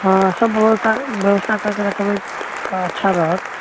हँ सभ ब्यवस्था ब्यवस्था करके रखबै तऽ अच्छा रहत